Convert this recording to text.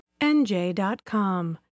NJ.com